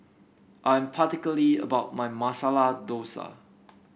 I am particular about my Masala Dosa